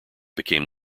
became